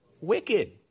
Wicked